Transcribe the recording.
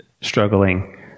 struggling